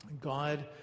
God